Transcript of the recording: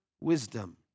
wisdom